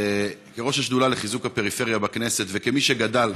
כראש השדולה לחיזוק הפריפריה בכנסת וכמי שגדל,